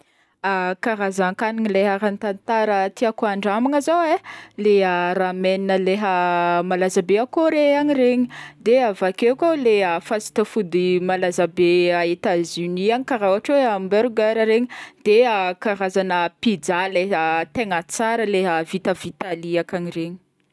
Karazan-kagniny le ara-tantara mba tiàko andramagna zao e leha ramen leha malaza be a Kore agny regny, de avake koa le fast food malaza be a Etats Unis agny karaha ôhatra hoe hamburger regny, de karazana pizza leha tegna tsara regna leha vita avy a Italy ankagny regny.